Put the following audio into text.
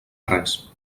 res